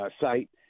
site